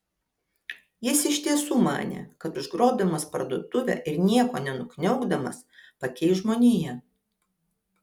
jis iš tiesų manė kad užgrobdamas parduotuvę ir nieko nenukniaukdamas pakeis žmoniją